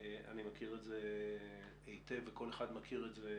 אני מכיר את זה היטב וכל אחד מכיר את זה.